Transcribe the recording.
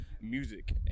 music